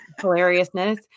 hilariousness